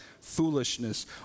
foolishness